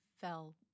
fell